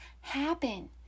happen